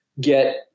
get